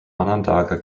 onondaga